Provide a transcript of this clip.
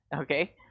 Okay